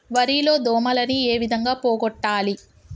వరి లో దోమలని ఏ విధంగా పోగొట్టాలి?